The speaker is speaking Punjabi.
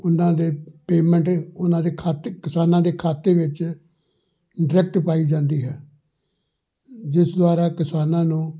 ਉਨ੍ਹਾਂ ਦੇ ਪੇਮੈਂਟ ਉਹਨਾਂ ਦੇ ਖਾਤੇ ਕਿਸਾਨਾਂ ਦੇ ਖਾਤੇ ਵਿੱਚ ਡਾਇਰੈਕਟ ਪਾਈ ਜਾਂਦੀ ਹੈ ਜਿਸ ਦੁਆਰਾ ਕਿਸਾਨਾਂ ਨੂੰ